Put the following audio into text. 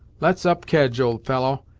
let's up kedge, old fellow,